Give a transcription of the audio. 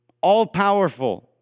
All-powerful